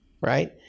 right